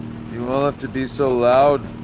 to be so loud?